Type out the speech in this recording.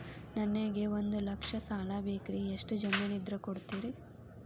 ನನಗೆ ಒಂದು ಲಕ್ಷ ಸಾಲ ಬೇಕ್ರಿ ಎಷ್ಟು ಜಮೇನ್ ಇದ್ರ ಕೊಡ್ತೇರಿ?